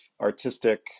artistic